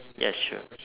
ya sure